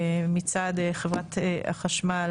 מצד חברת החשמל